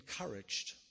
encouraged